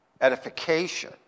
edification